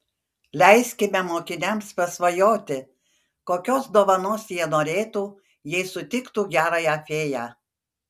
leiskime mokiniams pasvajoti kokios dovanos jie norėtų jei sutiktų gerąją fėją